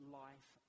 life